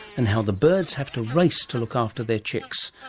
and how the birds have to race to look after their chicks.